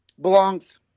belongs